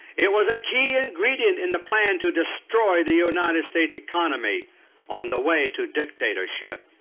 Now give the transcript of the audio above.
it was a key ingredient in the plan to destroy the united states economy on the way to dictatorship.